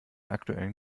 aktuellen